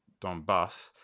Donbass